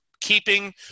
keeping